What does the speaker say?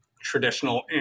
traditional